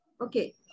okay